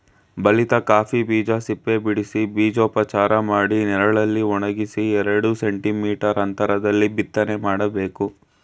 ಬಲಿತ ಕಾಫಿ ಬೀಜ ಸಿಪ್ಪೆಬಿಡಿಸಿ ಬೀಜೋಪಚಾರ ಮಾಡಿ ನೆರಳಲ್ಲಿ ಒಣಗಿಸಿ ಎರಡು ಸೆಂಟಿ ಮೀಟರ್ ಅಂತ್ರದಲ್ಲಿ ಬಿತ್ತನೆ ಮಾಡ್ಬೇಕು